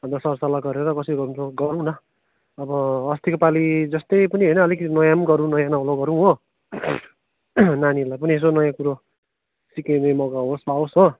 अन्त सरसल्लाह गरेर कसरी गर्नुपर्छ गरौँ न अब अस्तिको पालि जस्तै पनि होइन अलिकति नयाँ पनि गरौँ नयाँ नौलो गरौँ हो नानीहरूलाई पनि यसो नयाँ कुरो सिक्ने मौका होस् पाओस् हो